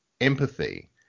empathy